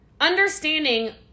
Understanding